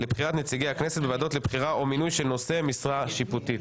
נציגי הכנסת בוועדות לבחירה או מינוי של נושאי משרה שיפוטית.